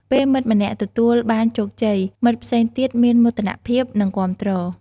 ពេលមិត្តម្នាក់ទទួលបានជោគជ័យ មិត្តផ្សេងទៀតមានមោទនភាព និងគាំទ្រ។